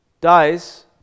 dies